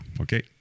okay